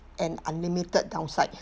and unlimited downside